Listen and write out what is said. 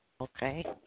Okay